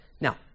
Now